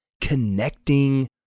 connecting